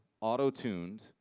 auto-tuned